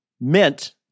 meant